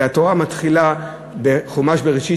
אלא התורה מתחילה בחומש בראשית,